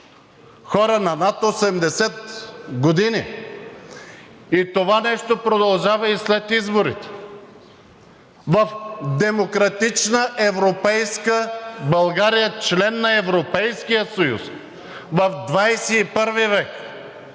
хора на над 80 години и това нещо продължава и след изборите – в демократична, европейска България, член на Европейския съюз, в XXI век,